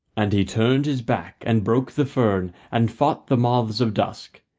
and he turned his back and broke the fern, and fought the moths of dusk,